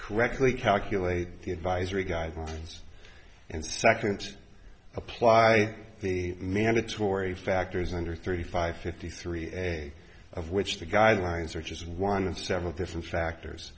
correctly calculate the advisory guidelines and second apply the mandatory factors under thirty five fifty three a of which the guidelines are just one of several different factors